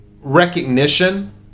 recognition